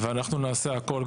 אנחנו נעשה הכול,